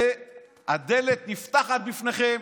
והדלת נפתחת בפניכם